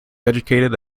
educated